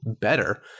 better